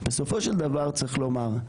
בסופו של דבר צריך לומר,